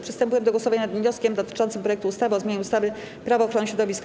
Przystępujemy do głosowania nad wnioskiem dotyczącym projektu ustawy o zmianie ustawy - Prawo ochrony środowiska.